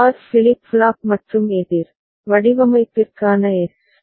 R flip flop மற்றும் எதிர் வடிவமைப்பிற்கான எஸ்